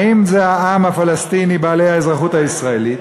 האם זה העם הפלסטיני, בעלי האזרחות הישראלית,